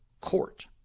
Court